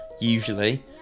usually